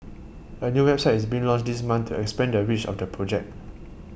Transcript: a new website is being launched this month to expand the reach of the project